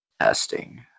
Testing